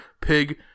Pig